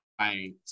right